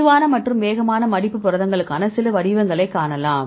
மெதுவான மற்றும் வேகமான மடிப்பு புரதங்களுக்கான சில வடிவங்களை காணலாம்